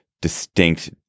distinct